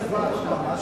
ראש הממשלה.